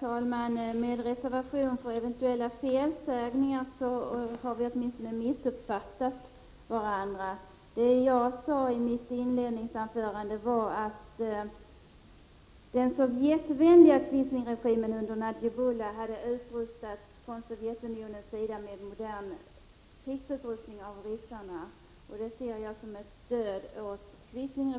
Herr talman! Med reservation för eventuella felsägningar vill jag säga att vi åtminstone har missuppfattat varandra. Vad jag sade i mitt inledningsanförande var att den sovjetvänliga quislingregimen under Najibullah hade utrustats med modern krigsutrustning av ryssarna. Det ser jag som ett stöd åt quislingregimen